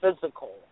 physical